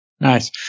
Nice